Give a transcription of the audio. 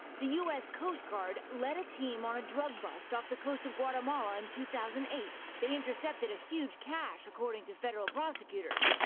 the u s. coast guard led a team on a drug bust off the coast of guatemala in two thousand and eight. they intercepted a huge cache according to federal prosecutors.